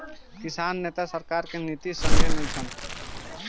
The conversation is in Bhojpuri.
किसान नेता सरकार के नीति के संघे नइखन